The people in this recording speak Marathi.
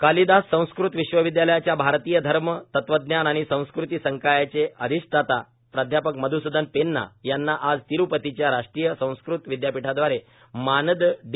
कालिदास संस्कृत विश्वविद्यालयाच्या भारतीय धर्म तत्वज्ञान आणि संस्कृती संकायाचे अधिष्ठाता मध्सूदन पेन्ना यांना आज तिरुपतीच्या राष्ट्रीय संस्कृत विद्यापीठाद्वारे मानद डी